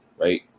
right